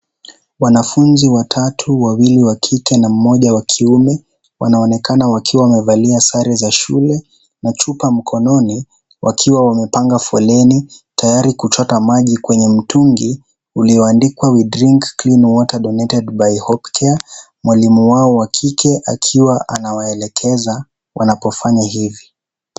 Wanafunzi watatu wawili wa kike na mmoja wakiume wanaonekana wakiwa wamevalia sare za shule na chupa mkononi wakiwa wamepanga foleni tayari kuchota maji kwenye mtungi ulioandikwa we drink clean water donated by Health care mwalimu wao wa kike akiwaelekeza wanapofanya hivi.